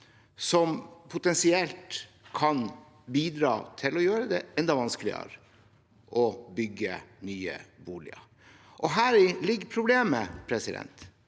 som potensielt kan bidra til å gjøre det enda vanskeligere å bygge nye boliger. Her ligger problemet. Når den